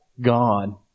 God